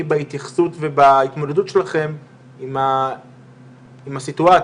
בהתייחסות ובהתמודדות שלכם עם הסיטואציה.